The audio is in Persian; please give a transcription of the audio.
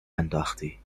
انداختی